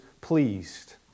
pleased